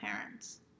parents